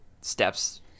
steps